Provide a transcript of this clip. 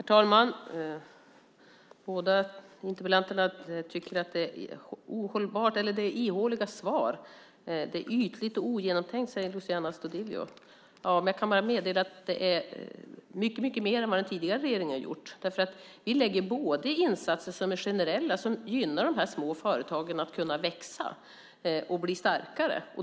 Herr talman! Båda debattörerna i interpellationsdebatten tycker att det är ihåliga svar. Det är ytligt och ogenomtänkt, säger Luciano Astudillo. Ja, men jag kan bara meddela att det här är mycket mer än vad den tidigare regeringen har gjort. Vi lägger insatser som är generella som gynnar de här små företagen när det gäller att de ska kunna växa och bli starkare.